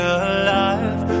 alive